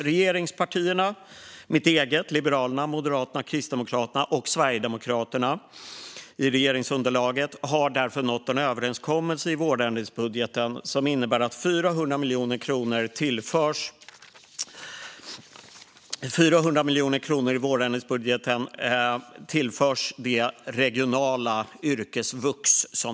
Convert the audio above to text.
Regeringspartierna - mitt eget parti Liberalerna, Moderaterna och Kristdemokraterna - och Sverigedemokraterna i regeringsunderlaget har därför nått en överenskommelse i vårändringsbudgeten som innebär att 400 miljoner kronor tillförs det regionala yrkesvux.